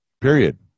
Period